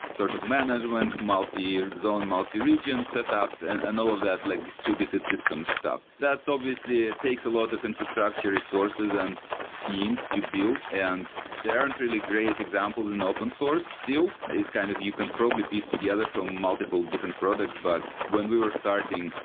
sort of management, multi-zone, so and multi-region setups and all of that like distributed system stuff. that's obviously takes a lot of infrastructure resources and teams to build, and there aren't really great examples in open source still. it's kind of you can probably piece together from multiple different products. but when we were starting,